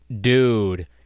Dude